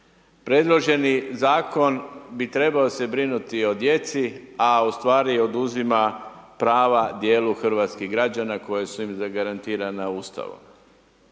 Predloženi Zakon bi trebao se brinuti o djeci, a u stvari oduzima prava djelu hrvatskih građana koji su im zagarantirana Ustavom.